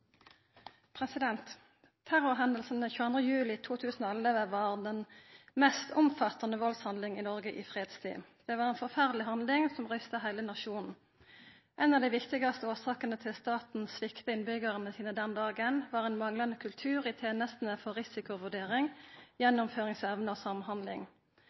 juli 2011 var den mest omfattande valdshandlinga i Noreg i fredstid. Det var ei forferdeleg handling som skaka heile nasjonen. Ein av dei viktigaste årsakene til at staten svikta innbyggjarane sine den dagen, var ein manglande kultur i tenestene for risikovurdering, gjennomføringsevne og samhandling.